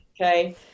okay